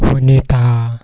Vanita